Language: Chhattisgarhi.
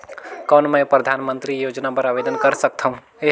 कौन मैं परधानमंतरी योजना बर आवेदन कर सकथव?